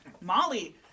Molly